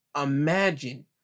Imagine